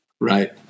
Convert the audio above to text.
Right